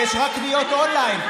ויש רק קניות אונליין.